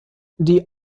die